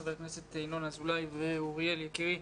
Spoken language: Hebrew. חבר הכנסת ינון אזואלי ואוריאל יקירי.